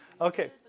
Okay